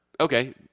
okay